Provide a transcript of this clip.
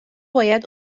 باید